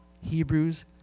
Hebrews